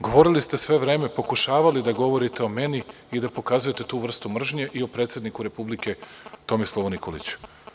Govorili ste sve vreme, pokušavali da govorite o meni i da pokazujete tu vrstu mržnje i o predsedniku Republike Tomislavu Nikoliću.